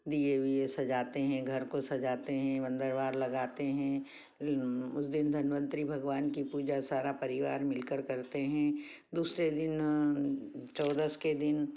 दीये उये सजाते हैं घर को सजाते हैं अंदर बाहर लगाते हैं उस दिन धनवंतरी भगवान की पूजा सारा परिवार मिलकर करते हैं दूसरे दिन चौदस के दिन